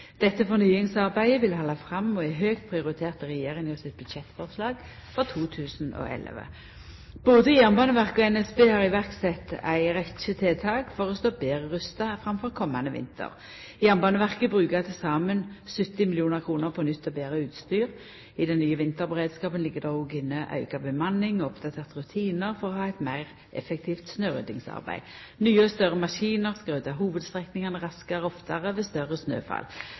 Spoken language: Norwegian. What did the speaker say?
Dette fornyingsarbeidet vil halda fram og er høgt prioritert i regjeringa sitt budsjettforslag for 2011. Både Jernbaneverket og NSB har sett i verk ei rekkje tiltak for å stå betre rusta framfor komande vinter. Jernbaneverket bruker til saman 70 mill. kr på nytt og betre utstyr. I den nye vinterberedskapen ligg det òg inne auka bemanning og oppdaterte rutinar for å ha eit meir effektivt snøryddingsarbeid. Nye og større maskiner skal rydda hovudstrekningane raskare og oftare ved store snøfall.